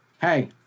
hey